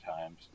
Times